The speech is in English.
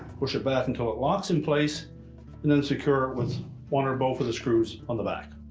push it back until it locks in place and then secure it with one or both of the screws on the back.